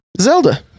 zelda